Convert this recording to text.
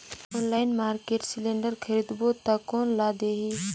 Online market cylinder खरीदबो ता कोन ला देही?